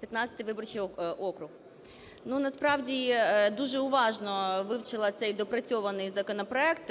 15 виборчий округ. Насправді дуже уважно вивчила цей доопрацьований законопроект.